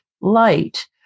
light